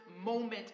moment